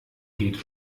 geht